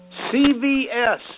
CVS